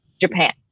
Japan